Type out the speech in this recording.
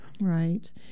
Right